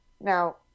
Now